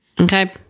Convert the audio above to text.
Okay